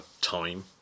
time